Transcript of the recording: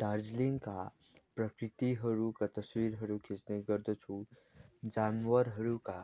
दार्जिलिङका प्रकृतिहरूका तस्विरहरू खिच्ने गर्दछु जानवारहरूका